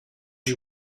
you